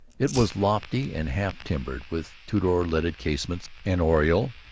it was lofty and half-timbered, with tudor leaded casements, an oriel,